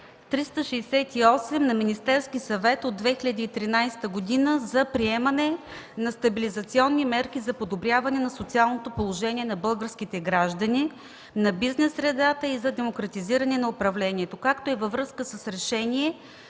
368 на Министерския съвет от 2013 г. за приемане на стабилизационни мерки за подобряване на социалното положение на българските граждани, на бизнес средата и за демократизиране на управлението; както и във връзка с Решение